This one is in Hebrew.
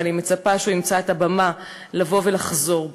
ואני מצפה שהוא ימצא את הבמה לבוא ולחזור בו.